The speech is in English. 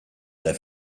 their